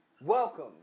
welcome